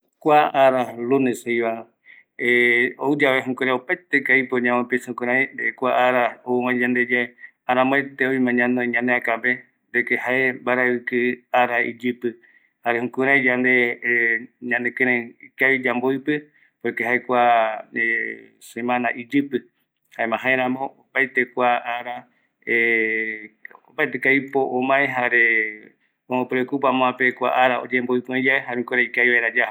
Kua ara Lunes jeiva, ouyave oimeko aipo opaeteko aipo yamopiensa kurai, kua ara ou öväe yande yave aramoete oime ñanoi ñaneakäpe de que jae mbaraviki ara iyuïpï, jare jukurai yande ñanekïreï ikavi yamboïpï, por que jae kua semana iyïpï, jaema jäerämo opaete kua ara opaeteko aipo ömae, jare ombo preocupa amoape kua ara oyemboïpï öi yave, jare jukuraï ikavi vaera yaja.